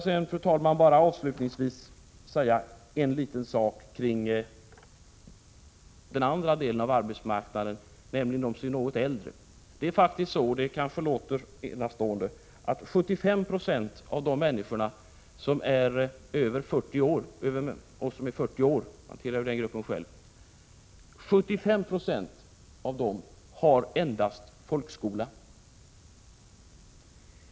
Får jag, fru talman, avslutningsvis säga en liten sak om den andra delen av arbetsmarknaden, nämligen om dem som är något äldre. Det är faktiskt så — det kanske inte många vet — att 75 96 av de människor som är 40 år och över — jag tillhör den gruppen själv — endast har folkskoleutbildning.